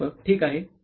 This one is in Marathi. प्राध्यापक ठीक आहे